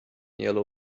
yellow